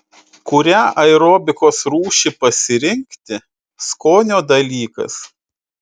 kurią aerobikos rūšį pasirinkti skonio dalykas